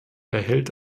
erhält